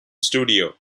studio